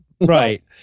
right